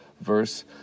verse